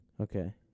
okay